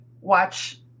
watch